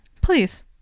Please